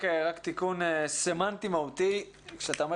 רק תיקון סמנטי מהותי כשאתה אומר